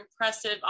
impressive